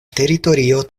teritorio